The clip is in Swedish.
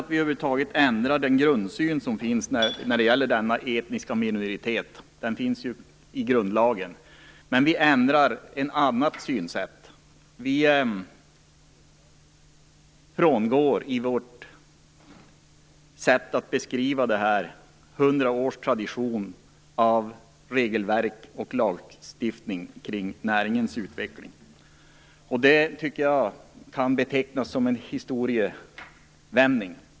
Vi ändrar inte grundsynen på denna etniska minoritet - den finns ju i grundlagen - men vi ändrar ett annat synsätt. I vårt sätt att beskriva detta frångår vi 100 års tradition av regelverk och lagstiftning kring näringens utveckling. Jag tycker att det kan betecknas som en historisk vändning.